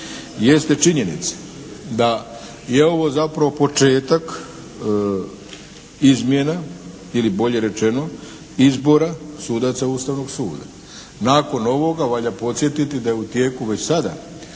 jeste činjenica da je ovo zapravo početak izmjena ili bolje rečeno izbora sudaca Ustavnog suda. Nakon ovoga valja podsjetiti da je u tijeku već sada